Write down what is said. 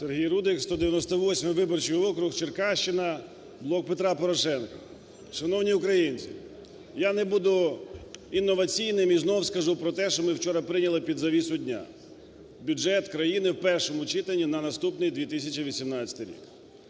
Сергій Рудик, 198 виборчий округ, Черкащина, "Блок Петра Порошенка". Шановні українці! Я не буду інноваційним і знову скажу про те, що ми вчора прийняли під завісу дня, – бюджет країни в першому читанні на наступний 2018 рік.